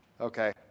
Okay